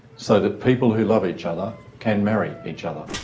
so that people who love each other can marry each other,